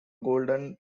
golden